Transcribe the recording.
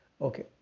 okay